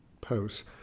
Post's